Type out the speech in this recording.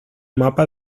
mapa